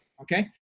okay